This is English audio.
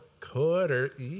quarter